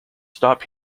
stop